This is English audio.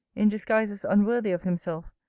in disguises unworthy of himself,